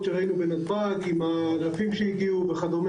שראינו בנתב"ג עם האלפים שהגיעו וכדומה,